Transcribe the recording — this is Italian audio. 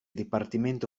dipartimento